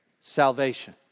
salvation